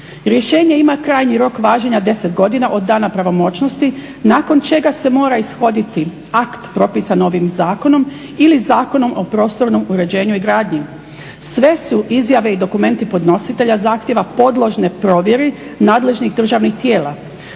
Rješenje ima krajnji rok važenja 10 godina od dana pravomoćnosti nakon čega se mora ishoditi akt propisan ovih zakonom ili Zakonom o prostornom uređenju i gradnji. Sve su izjave i dokumenti podnositelja zahtjeva podložni provjeri nadležnih državnih tijela.